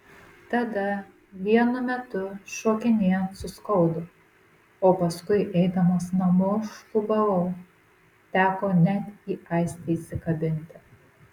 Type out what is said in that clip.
tada vienu metu šokinėjant suskaudo o paskui eidamas namo šlubavau teko net į aistę įsikabinti